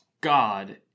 God